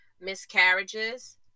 miscarriages